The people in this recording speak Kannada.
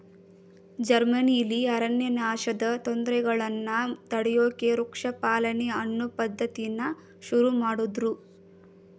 ಜರ್ಮನಿಲಿ ಅರಣ್ಯನಾಶದ್ ತೊಂದ್ರೆಗಳನ್ನ ತಡ್ಯೋಕೆ ವೃಕ್ಷ ಪಾಲನೆ ಅನ್ನೋ ಪದ್ಧತಿನ ಶುರುಮಾಡುದ್ರು